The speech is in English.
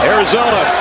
Arizona